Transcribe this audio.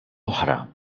oħra